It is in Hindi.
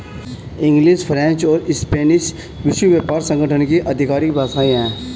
इंग्लिश, फ्रेंच और स्पेनिश विश्व व्यापार संगठन की आधिकारिक भाषाएं है